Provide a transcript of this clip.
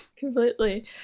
Completely